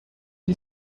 you